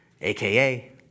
AKA